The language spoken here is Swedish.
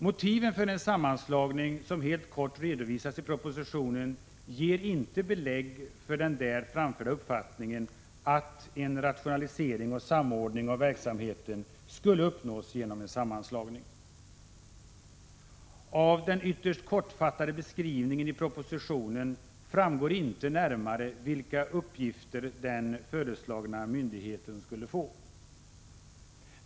Motiven för en sammanslagning, som helt kort redovisas i propositionen, ger inte belägg för den där framförda uppfattningen att en rationalisering och samordning av verksamheten skulle uppnås genom en sammanslagning. Av den ytterst kortfattade beskrivningen i propositionen framgår inte närmare vilka uppgifter den föreslagna myndigheten skulle få.